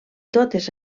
totes